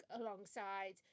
alongside